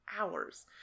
hours